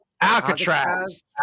Alcatraz